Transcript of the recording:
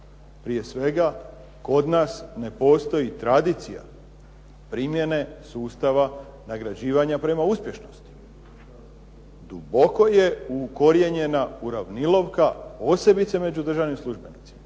Prije svega, kod nas ne postoji tradicija primjene sustava nagrađivanja prema uspješnosti. Duboko je ukorijenjena uravnilovka, posebice među državnim službenicima,